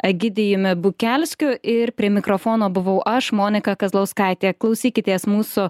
egidijumi bukelskiu ir prie mikrofono buvau aš monika kazlauskaitė klausykitės mūsų